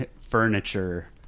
furniture